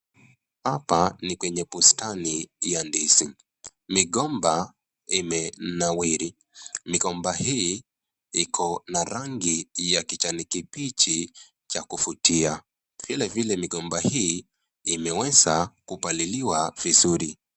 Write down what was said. Hapa ni kwenye bustani ya ndizi. Migomba imenawiri. Migomba hii iko na rangi ya kijani kibichi cha kuvutia. Vilevile, migomba hii imeweza kupaliliwa vizuri.